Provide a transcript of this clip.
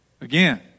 Again